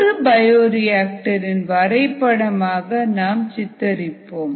ஒரு bioreactor இன் வரைபடமாக நாம் சித்தரிப்போம்